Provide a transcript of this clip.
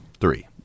Three